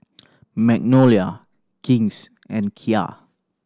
Magnolia King's and Kia